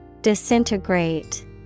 Disintegrate